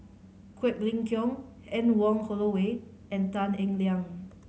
Quek Ling Kiong Anne Wong Holloway and Tan Eng Liang